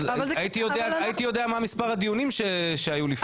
אז הייתי יודע מה מספר הדיונים שהיו לפני.